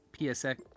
PSX